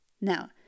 Now